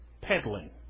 peddling